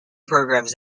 programs